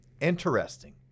Interesting